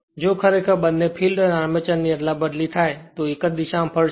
જો ખરેખર બંને ફીલ્ડ અને આર્મચર ની અદલાબદલી થાય તો તે એક જ દિશામાં ફરશે